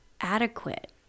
adequate